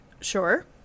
Sure